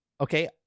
okay